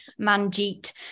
Manjeet